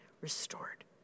restored